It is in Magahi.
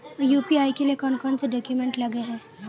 यु.पी.आई के लिए कौन कौन से डॉक्यूमेंट लगे है?